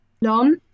long